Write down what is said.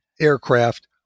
aircraft